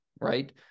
right